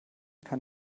kann